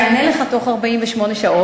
אני אענה לך תוך 48 שעות,